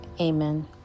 Amen